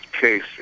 Casey